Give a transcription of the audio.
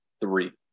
three